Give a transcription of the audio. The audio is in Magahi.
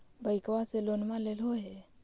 बैंकवा से लोनवा लेलहो हे?